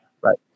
Right